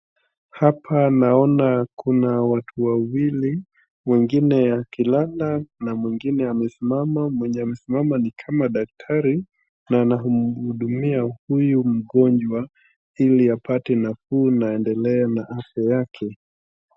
Hapa naona kuna watu wawili. Mwingine akilala na mwingine amesimama. Mwenye amesimama ni kama daktari na anamhudumia huyu mgonjwa ili apate nafuu na aendelee na afya yake.